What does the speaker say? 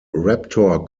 raptor